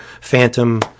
Phantom